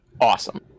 Awesome